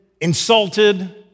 insulted